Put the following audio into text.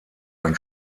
ein